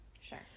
Sure